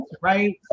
right